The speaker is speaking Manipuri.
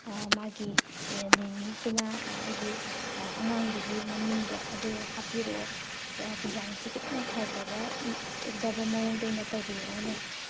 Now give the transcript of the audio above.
ꯃꯥꯒꯤ ꯅꯦꯃꯤꯡꯁꯤꯅ ꯑꯩꯒꯤ ꯑꯉꯥꯡꯗꯨꯒꯤ ꯃꯃꯤꯡꯗꯣ ꯑꯗꯨ ꯍꯥꯞꯄꯤꯔꯛꯑꯣ ꯗꯤꯖꯥꯏꯟꯁꯤ ꯈꯤꯇꯪ ꯐꯖꯕ ꯒꯗꯕ ꯃꯑꯣꯡꯗ ꯑꯣꯏꯅ ꯇꯧꯕꯤꯔꯛꯑꯣꯅꯦ